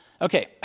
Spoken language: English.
Okay